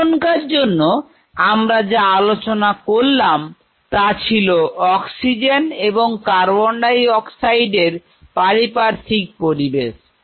এখনকার জন্য আমরা যা আলোচনা করলাম তা ছিল অক্সিজেন এবং কার্বন ডাই অক্সাইড এর পারিপার্শিক পরিবেশ